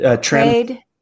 trade